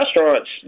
restaurants